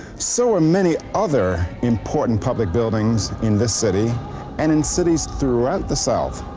so are many other important public buildings in this city and in cities throughout the south.